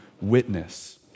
Witness